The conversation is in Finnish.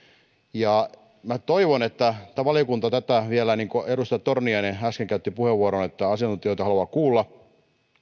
minä toivon että kun tämä valiokunta vielä niin kuin edustaja torniainen äsken käytti puheenvuoron asiantuntijoita haluaa kuulla